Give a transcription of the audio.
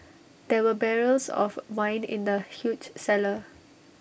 there were barrels of wine in the huge cellar